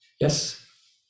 Yes